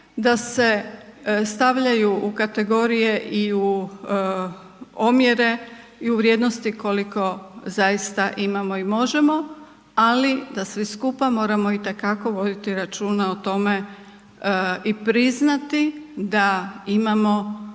da se stavljaju u kategorije i u omjere i u vrijednosti koliko zaista imamo i možemo, ali da svi skupa moramo itekako voditi računa o tome i priznati da imamo ogromna